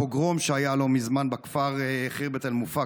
הפוגרום שהיה לא מזמן בכפר ח'רבת אל-מופקרה,